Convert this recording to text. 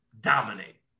dominate